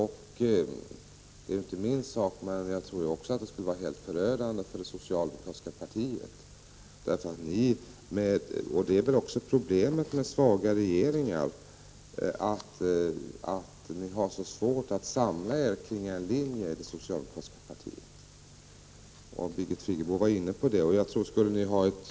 Det är inte mitt problem, men jag tror att det skulle vara helt förödande för det socialdemokratiska partiet. Det är väl problemet med svaga regeringar som den socialdemokratiska att det är så svårt att samla sig kring en linje. Birgit Friggebo var inne på den saken.